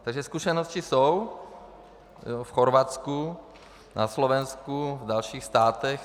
Takže zkušenosti jsou v Chorvatsku, na Slovensku a v dalších státech.